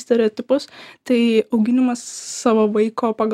stereotipus tai auginimas savo vaiko pagal